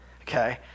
okay